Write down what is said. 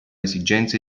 esigenze